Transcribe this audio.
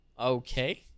Okay